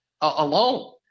alone